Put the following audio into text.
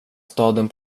staden